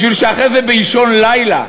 כדי שאחרי זה באישון לילה,